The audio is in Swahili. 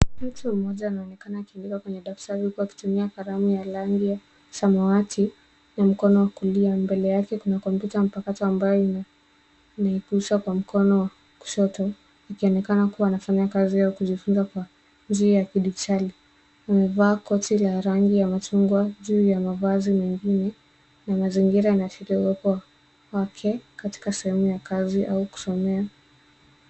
Mtu mmoja anaonekana akiandika kwenye daftari huku akitumia kalamu ya rangi ya samawati na mkono wa kulia. Mbele yake kuna kompyuta mpakata ambayo imeepusha kwa mkono wa kushoto akionekana kuwa anafanya kazi au kujifunza kwa njia ya kidijitali. Amevaa koti la rangi ya machungwa juu ya mavazi mengine na mazingira yanaashira uwepo wake katika sehemu ya kazi au kusomea.